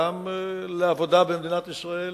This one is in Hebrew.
גם לעבודה במדינת ישראל.